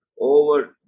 over